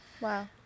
Wow